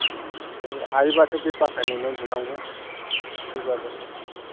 बिदिनो जेरै हायोब्लाथ' बे पाक्कानि न' लुनांगौ थेवब्लाबो